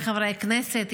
חבריי חברי הכנסת,